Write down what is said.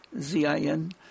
Z-I-N